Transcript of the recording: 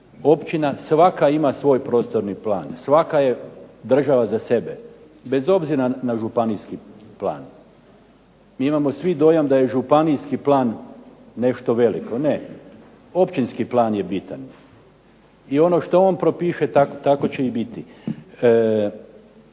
općina. Svaka ima svoj prostorni plan, svaka je država za sebe bez obzira na županijski plan. Mi imamo svi dojam da je županijski plan nešto veliko. Ne! Općinski plan je bitan i ono što on propiše tako će i biti.